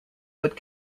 but